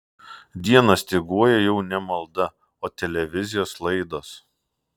dieną styguoja jau ne malda o televizijos laidos